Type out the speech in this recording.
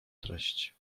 treść